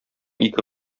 ике